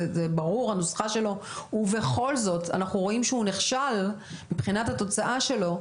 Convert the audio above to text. זה ברור הנוסחה שלו ובכל זאת אנחנו רואים שהוא נכשל מבחינת התוצאה שלו,